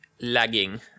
lagging